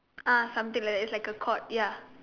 ][ah\ something like that it's like a court ya